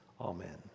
Amen